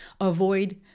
avoid